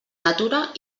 natura